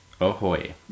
Ahoy